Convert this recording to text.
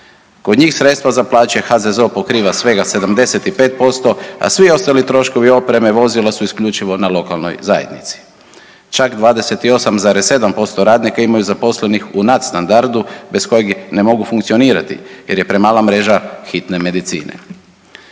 Kod njih sredstva za plaće HZZO pokriva svega 75%, a svi ostali troškovi opreme, vozila su isključivo na lokalnoj zajednici. Čak 28,7% radnika imaju zaposlenih u nadstandardu bez kojeg ne mogu funkcionirati, jer je premala mreža hitne medicine.